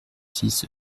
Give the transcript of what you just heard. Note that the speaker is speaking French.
six